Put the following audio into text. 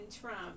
Trump